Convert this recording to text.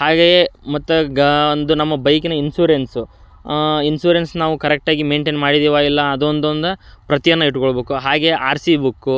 ಹಾಗೆಯೇ ಮತ್ತು ಗಾ ಒಂದು ನಮ್ಮ ಬೈಕಿನ ಇನ್ಸೂರೆನ್ಸು ಇನ್ಸೂರೆನ್ಸ್ ನಾವು ಕರೆಕ್ಟಾಗಿ ಮೇಂಟೇನ್ ಮಾಡಿದ್ದೀವಾ ಇಲ್ವ ಅಂತೊಂದ್ ಒಂದು ಪ್ರತಿಯನ್ನು ಇಟ್ಗೊಳ್ಬೇಕು ಹಾಗೇ ಆರ್ ಸಿ ಬುಕ್ಕು